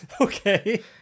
Okay